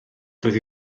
doedd